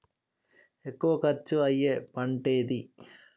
ఎక్కువ ఖర్చు అయ్యే పంటేది?